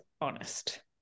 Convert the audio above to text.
honest